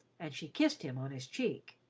and she kissed him on his cheek.